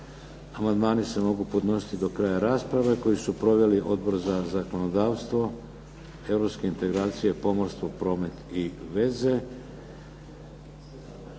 Amandmani se mogu podnositi do kraja rasprave koju su proveli Odbor za zakonodavstvo, europske integracije, pomorstvo, promet i veze.